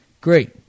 great